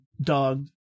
dog